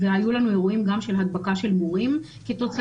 היו לנו אירועים גם של הדבקה של מורים כתוצאה